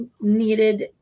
needed